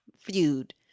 feud